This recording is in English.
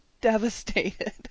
devastated